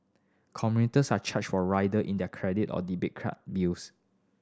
commuters are charged for rider in their credited or debit card bills